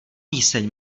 píseň